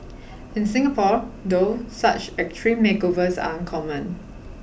in Singapore though such extreme makeovers are uncommon